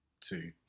two